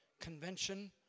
convention